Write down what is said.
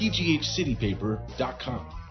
pghcitypaper.com